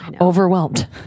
overwhelmed